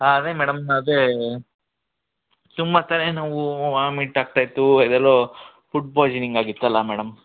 ಹಾಂ ಅದೇ ಮೇಡಮ್ ಅದೇ ತುಂಬಾ ತಲೆ ನೋವು ವಾಮಿಟ್ ಆಗ್ತಾ ಇತ್ತು ಇದೆಲ್ಲೋ ಫುಡ್ ಪಾಯಿಸನಿಂಗ್ ಆಗಿತ್ತು ಅಲ್ಲಾ ಮೇಡಮ್